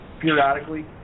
periodically